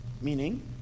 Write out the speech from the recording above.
Meaning